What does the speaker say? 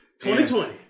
2020